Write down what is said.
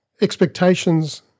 expectations